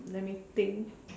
let me think